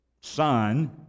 son